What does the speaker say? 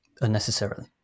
unnecessarily